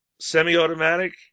semi-automatic